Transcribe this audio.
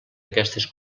aquestes